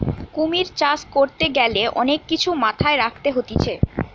কুমির চাষ করতে গ্যালে অনেক কিছু মাথায় রাখতে হতিছে